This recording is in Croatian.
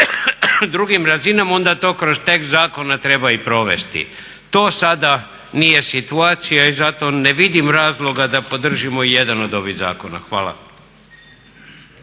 drugim razinama onda to kroz tekst zakona treba i provesti. To sada nije situacija i zato ne vidim razloga da podržimo i jedan od ovih zakona. Hvala.